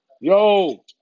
Yo